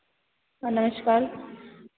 हाँ नमस्कार